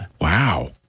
Wow